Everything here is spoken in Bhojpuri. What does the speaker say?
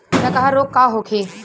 डकहा रोग का होखे?